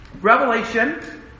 Revelation